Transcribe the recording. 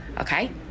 okay